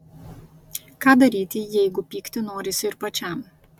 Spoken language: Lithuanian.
ką daryti jeigu pykti norisi ir pačiam